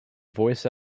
voice